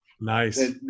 Nice